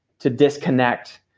to disconnect,